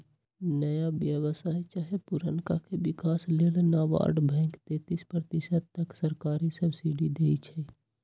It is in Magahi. नया व्यवसाय चाहे पुरनका के विकास लेल नाबार्ड बैंक तेतिस प्रतिशत तक सरकारी सब्सिडी देइ छइ